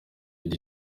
eddy